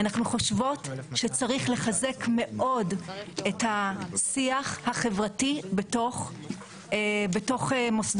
אנחנו חושבות שצריך לחזק מאוד את השיח החברתי בתוך מוסדות